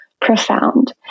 profound